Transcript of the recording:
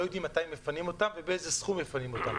לא יודעים מתי מפנים אותם ובאיזה סכום מפנים אותם.